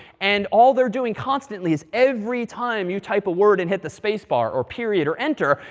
and all they're doing constantly is, every time you type a word and hit the spacebar, or period, or enter,